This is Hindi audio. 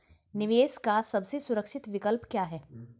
निवेश का सबसे सुरक्षित विकल्प क्या है?